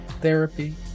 therapy